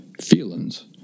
feelings